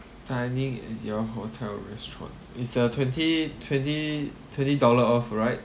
dinning at your hotel restaurant is the twenty twenty twenty dollar off right